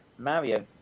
mario